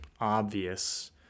obvious